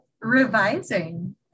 revising